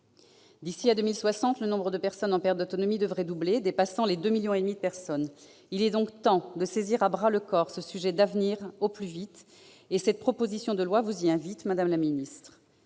D'ici à 2060, le nombre de personnes en perte d'autonomie devrait doubler, pour dépasser les 2,5 millions. Il faut donc saisir à bras-le-corps ce sujet d'avenir, au plus vite ! Cette proposition de loi vous y invite, madame la secrétaire